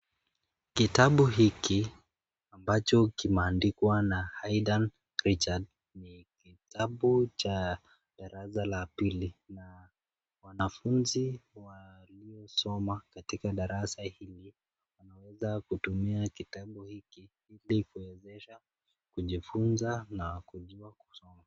Kitabu hiki ambacho kimeandikwa na Hightone Richard ni kitabu cha darasa la pili na wanafunzi waliosoma katika darasa hili wanaweza kutumia kitabu hiki ili kuwezesha kujifunza na kujua kusoma.